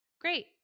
Great